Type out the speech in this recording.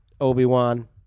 Obi-Wan